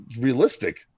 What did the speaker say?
realistic